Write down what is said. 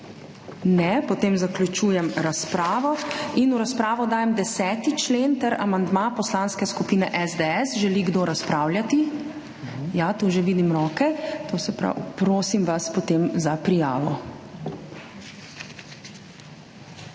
Ne, potem zaključujem razpravo in v razpravo dajem 10. člen ter amandma Poslanske skupine SDS. Želi kdo razpravljati? (Da.) Ja, tu že vidim roke. Prosim vas potem za prijavo.